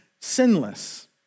sinless